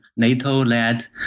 NATO-led